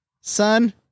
Son